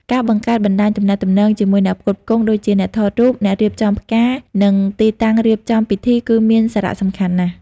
ការ បង្កើតបណ្តាញទំនាក់ទំនង ជាមួយអ្នកផ្គត់ផ្គង់ដូចជា អ្នកថតរូប អ្នករៀបចំផ្កា និងទីតាំងរៀបចំពិធីគឺមានសារៈសំខាន់ណាស់។